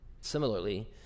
Similarly